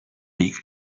league